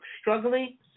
struggling